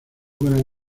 gran